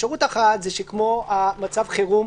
אפשרות אחת היא שכמו במצב חירום,